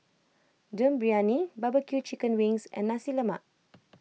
Dum Briyani Barbeque Chicken Wings and Nasi Lemak